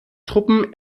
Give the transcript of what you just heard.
truppen